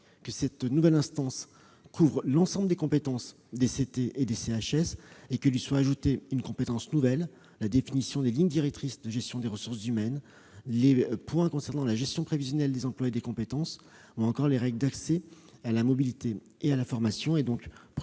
que cette nouvelle instance couvre l'ensemble des compétences des comités techniques et des CHSCT et que lui soit ajoutée une compétence nouvelle : la définition des lignes directrices de gestion des ressources humaines, les sujets concernant la gestion prévisionnelle des emplois et des compétences, ou encore les règles d'accès à la mobilité et à la formation.